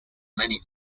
many